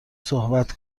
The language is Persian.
صحبت